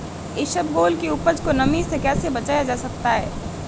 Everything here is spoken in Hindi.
इसबगोल की उपज को नमी से कैसे बचाया जा सकता है?